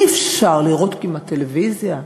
כמעט אי-אפשר לראות טלוויזיה.